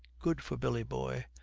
good for billy boy.